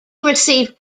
received